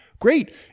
great